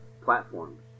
platforms